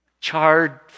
charred